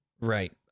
Right